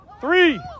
three